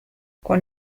con